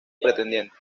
pretendiente